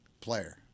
player